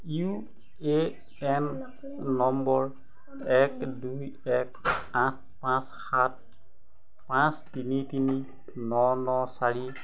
U A N নম্বৰ এক দুই এক আঠ পাঁচ সাত পাঁচ তিনি তিনি ন ন চাৰি